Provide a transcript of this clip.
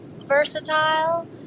versatile